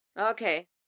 Okay